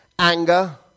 Anger